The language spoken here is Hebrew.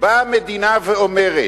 באה מדינה ואומרת: